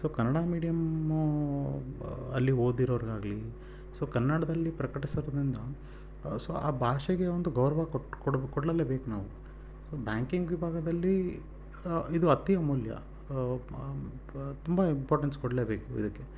so Kannada medium ಅಲ್ಲಿ ಓದಿರೋವ್ರಾಗಲಿ so ಕನ್ನಡದಲ್ಲಿ ಪ್ರಕಟಿಸಿರೋದರಿಂದ ಸೊ ಆ ಭಾಷೆಗೆ ಒಂದು ಗೌರವ ಕೊಟ್ಟು ಕೊಡಲೇಬೇಕು ನಾವು ಸೊ ಬ್ಯಾಂಕಿಂಗ್ ವಿಭಾಗದಲ್ಲಿ ಇದು ಅತಿ ಅಮೂಲ್ಯ ತುಂಬ ಇಂಪಾರ್ಟೆನ್ಸ್ ಕೊಡಲೇಬೇಕು ಇದಕ್ಕೆ